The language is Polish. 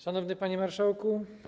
Szanowny Panie Marszałku!